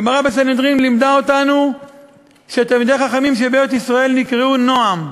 הגמרא בסנהדרין לימדה אותנו שתלמידי חכמים בארץ-ישראל נקראו נועם,